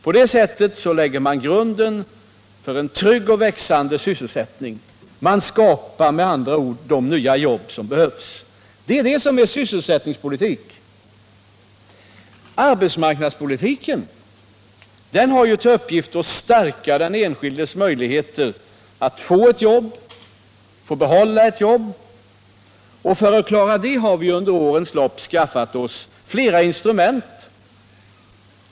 På så sätt lägger man grunden för en trygg och växande sysselsättning. Man skapar med andra ord de nya jobb som behövs. Det är det som är sysselsättningspolitik. Arbetsmarknadspolitiken har till uppgift att stärka den enskildes möj ligheter att få och behålla ett jobb. För att klara detta har vi under årens lopp skaffat flera instrument.